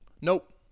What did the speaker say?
Nope